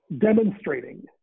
demonstrating